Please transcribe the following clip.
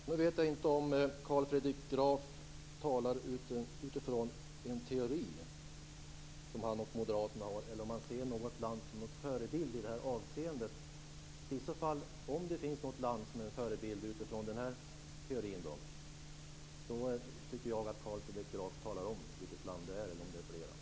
Fru talman! Nu vet jag inte om Carl Fredrik Graf talar utifrån en teori som han och moderaterna har eller om han ser något land som en förebild i det här avseendet. Om det finns något land som är en förebild utifrån den här teorin tycker jag att Carl Fredrik Graf skall tala om vilket land det är eller om det är flera.